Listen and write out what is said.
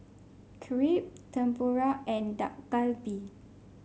Crepe Tempura and Dak Galbi